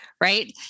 Right